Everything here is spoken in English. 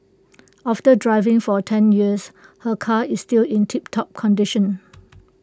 after driving for ten years her car is still in tiptop condition